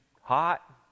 hot